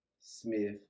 Smith